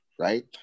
right